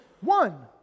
one